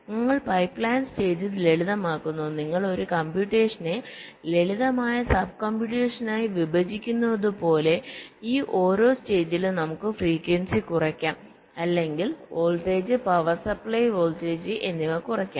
ഞങ്ങൾ pipeline stages ലളിതമാക്കുന്നു നിങ്ങൾ ഒരു കംപ്യൂട്ടേഷനെ ലളിതമായ സബ് കമ്പ്യൂട്ടേഷനായി വിഭജിക്കുന്നത് പോലെ ഈ ഓരോ സ്റ്റേജിലും നമുക്ക് ഫ്രീക്വൻസി കുറയ്ക്കാം അല്ലെങ്കിൽ വോൾട്ടേജ് പവർ സപ്ലൈ വോൾട്ടേജ് കുറയ്ക്കാം